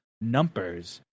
numbers